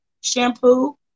Shampoo